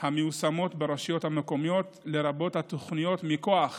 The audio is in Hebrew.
המיושמות ברשויות המקומיות, לרבות התוכניות מכוח